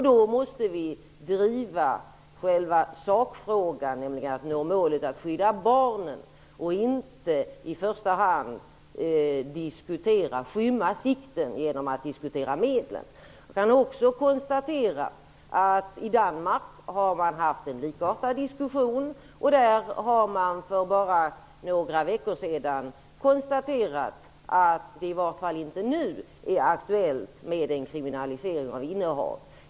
Då måste vi driva själva sakfrågan, nämligen att nå målet att skydda barnen, inte i första hand skymma sikten genom att diskutera frågan om medlen. Jag kan också konstatera att det har varit en likartad diskussion i Danmark. Där konstaterade man för några veckor sedan att det inte nu är aktuellt att kriminalisera innehavet.